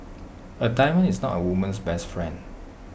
A diamond is not A woman's best friend